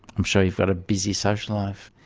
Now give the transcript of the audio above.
i'm sure you've got a busy social life,